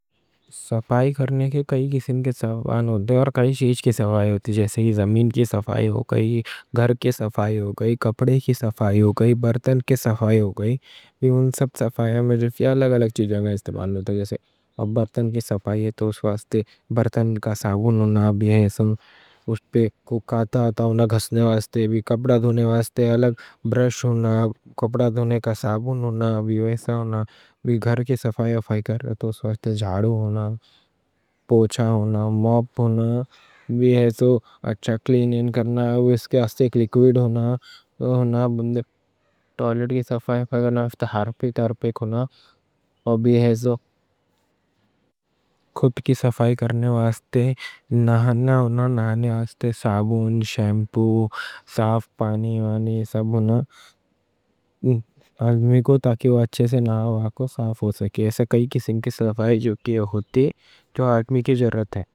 صفائی کرنے کے کئی قسم کی صفائیاں ہوتی ہیں، اور کئی چیز کی صفائی ہوتی ہے۔ جیسے زمین کی صفائی ہو گئی، گھر کی صفائی ہو گئی، کپڑے کی صفائی ہو گئی، برتن کی صفائی ہو گئی، یہ سب صفائیاں ہیں، میرے بھی الگ الگ چیزیں استعمال ہوتی ہیں۔ جیسے برتن کی صفائی ہے، تو اس واسطے برتن کا صابون ہونا بھی ہے، اس پہ کوئی کاٹھا آتا ہونا گھسنے واسطے، کپڑا دھونے واسطے الگ برش ہونا۔ کپڑا دھونے کا صابون ہونا بھی ویسا ہونا، گھر کی صفائی واسطے جھاڑو ہونا، پوچا ہونا، موپ ہونا، ایسا، اچھا کلیننگ کرنا ہے۔ اس کے واسطے ایک لیکویڈ ہونا، وہ ہونا، بندے ٹوائلٹ کی صفائی کرنا، ویک ٹو ویک ہونا، وہ بھی ایسا۔ خود کی صفائی کرنے واسطے نہانا ہونا، نہانے واسطے صابون، شیمپو، صاف پانی، وانی سب ہونا، آدمی کوں تاکہ وہ اچھے سے نہا واکو صاف ہو سکے۔ ایسا کئی قسم کی صفائی جو ہوتی، جو آدمی کی ضرورت ہے۔